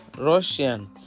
Russian